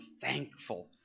thankful